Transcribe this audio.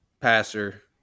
passer